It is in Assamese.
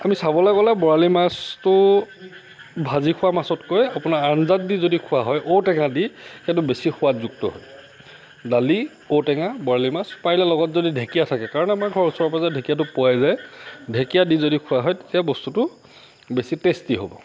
আমি চাবলৈ গ'লে বৰালি মাছটো ভাজি খোৱা মাছতকৈ আপোনাৰ আঞ্জাত দি যদি খোৱা হয় ঔটেঙা দি সেইটো বেছি সোৱাদযুক্ত হয় দালি ঔটেঙা বৰালি মাছ পাৰিলে লগত যদি ঢেঁকীয়া থাকে কাৰণ আমাৰ ঘৰৰ ওচৰে পাজৰে ঢেঁকীয়াটো পোৱাই যায় ঢেঁকীয়া দি যদি খোৱা হয় তেতিয়া বস্তুটো বেছি টেষ্টি হ'ব